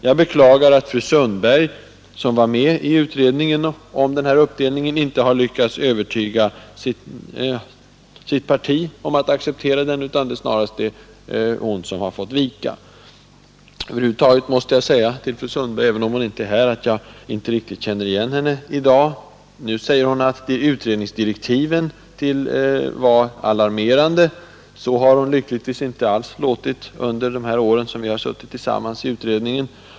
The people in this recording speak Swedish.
Jag beklagar att fru Sundberg, som i utredningen var med om denna uppdelning, inte har lyckats övertyga sitt parti om att acceptera den. Det är snarast hon som har fått vika. Över huvud taget måste jag säga att jag inte känner igen henne i dag. Nu säger hon att utredningsdirektiven är alarmerande. Så har hon lyckligtvis inte alls låtit under de här åren vi har suttit tillsammans i utredningen.